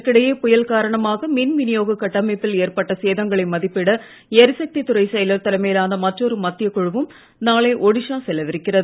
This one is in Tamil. இதற்கிடையே புயல் காரணமாக மின்வினியோகக் கட்டமைப்பில் ஏற்பட்ட சேதங்களை மதிப்பிட எரிசக்தித் துறை செயலர் தலைமையிலான மற்றொரு மத்தியக் குழுவும் நாளை ஒடிஷா செல்லவிருக்கிறது